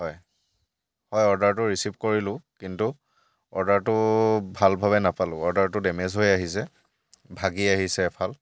হয় হয় অৰ্ডাৰটো ৰিচিভ কৰিলোঁ কিন্তু অৰ্ডাৰটো ভালভাৱে নাপালোঁ অৰ্ডাৰটো ডেমেজ হৈ আহিছে ভাগি আহিছে এফাল